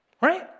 right